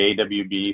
AWB